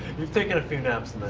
you've taken a few naps in there.